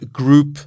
group